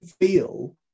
feel